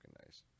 nice